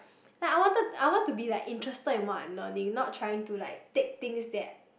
like I wanted I want to be like interested in what I'm learning not trying to like take things that